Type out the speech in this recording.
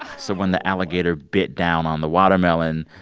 ah so when the alligator bit down on the watermelon,